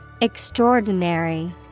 Extraordinary